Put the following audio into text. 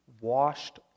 washed